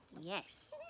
Yes